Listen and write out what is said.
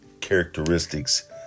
characteristics